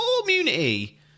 community